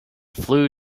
flew